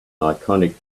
iconic